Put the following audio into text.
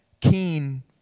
keen